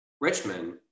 Richmond